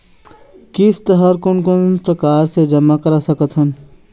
किस्त हर कोन कोन प्रकार से जमा करा सकत हन?